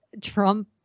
Trump